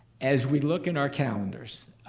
as we look in our calendars